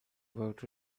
worked